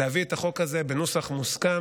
להביא את החוק הזה בנוסח מוסכם,